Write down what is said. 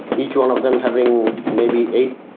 each one of them having maybe eight,